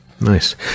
Nice